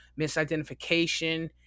misidentification